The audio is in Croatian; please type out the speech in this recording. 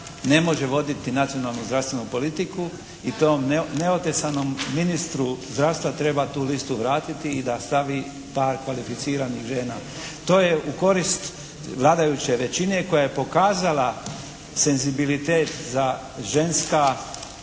ne može voditi nacionalnu zdravstvenu politiku. I to ovom "neotesanom" ministru zdravstva treba tu listu vratiti i da stavi par kvalificiranih žena. To je u korist vladajuće većine koja je pokazala senzibilitet za ženska